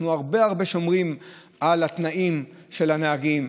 אנחנו שומרים מאוד על התנאים של הנהגים,